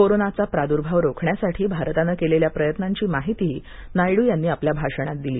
कोरोनाचा प्रादुर्भाव रोखण्यासाठी भारतानं केलेल्या प्रयत्नांची माहिती नायडू यांनी आपल्या भाषणात दिली